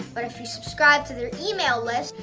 but, if you subscribe to their email list,